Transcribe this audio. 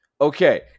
Okay